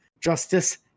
Justice